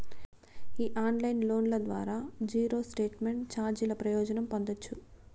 ఈ ఆన్లైన్ లోన్ల ద్వారా జీరో స్టేట్మెంట్ చార్జీల ప్రయోజనం పొందచ్చు